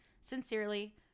Sincerely